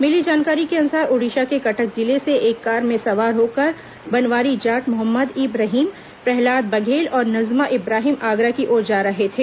मिली जानकारी के अनुसार ओडिशा के कटक जिले से एक कार में सवार होकर बनवारी जाट मोहम्मद इब रहीम प्रहलाद बघेल और नजमा इब्राहिम आगरा की ओर जा रहे थे